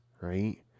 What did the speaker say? right